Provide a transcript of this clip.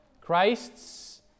Christ's